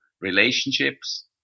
relationships